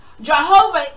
Jehovah